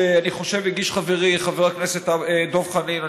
שאני חושב שהגיש חברי חבר הכנסת דב חנין,